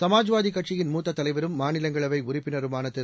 சமாஜ்வாதி கட்சியின் மூத்த தலைவரும் மாநிலங்களவை உறுப்பினருமான திரு